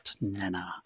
Nana